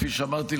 כפי שאמרתי,